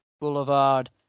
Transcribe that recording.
Boulevard